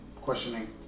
Questioning